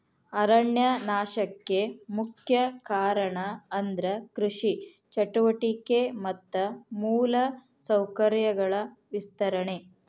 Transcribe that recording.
ಅರಣ್ಯ ನಾಶಕ್ಕೆ ಮುಖ್ಯ ಕಾರಣ ಅಂದ್ರ ಕೃಷಿ ಚಟುವಟಿಕೆ ಮತ್ತ ಮೂಲ ಸೌಕರ್ಯಗಳ ವಿಸ್ತರಣೆ